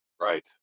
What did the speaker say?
Right